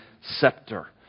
scepter